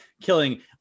killing